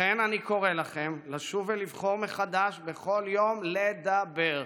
לכן אני קורא לכם לשוב ולבחור מחדש בכל יום לדבר.